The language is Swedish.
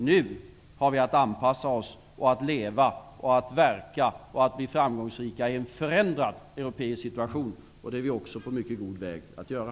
Nu har vi att anpassa oss, att leva och verka och att bli framgångsrika i en förändrad europeisk situation. Det är vi också på mycket god väg att göra.